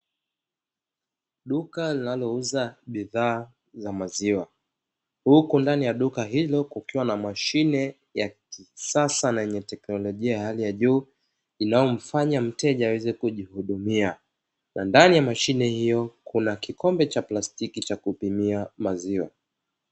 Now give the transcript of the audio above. Duka linalouza bidhaa za maziwa, Huku ndani ya duka hilo kukiwa na mashine ya kisasa na yenye tekinolojia ya hali ya juu, inayomfanya mteja aweze kujihudumia na ndani ya mashine hiyo Kuna Kikombe cha plastiki cha kupimia maziwa.